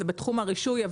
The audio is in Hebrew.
זה בתחום הרישוי,